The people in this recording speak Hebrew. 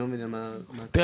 התשפ"ג-2023.